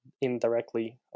indirectly